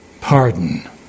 pardon